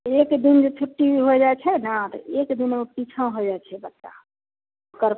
एक दिन जे छुट्टी होए जाइ छै ने तऽ एक दिन ओ पिछा होए जाइ छै बच्चा ओकर